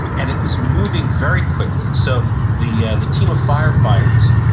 and it was moving very quickly so the ah the team of firefighters,